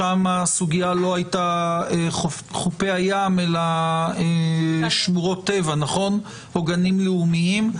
שם הסוגיה לא הייתה חופי הים אלא שמורות טבע או גנים לאומיים.